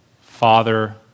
Father